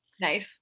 Nice